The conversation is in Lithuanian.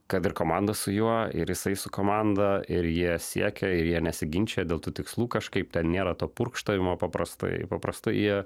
kad ir komanda su juo ir jisai su komanda ir jie siekia ir jie nesiginčija dėl tų tikslų kažkaip ten nėra to purkštavimo paprastai paprastai jie